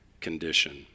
condition